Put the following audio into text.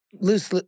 Loose